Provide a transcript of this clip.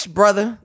brother